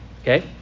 okay